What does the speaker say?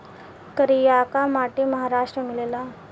करियाका माटी महाराष्ट्र में मिलेला